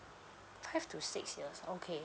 five to six years okay